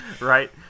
right